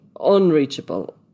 unreachable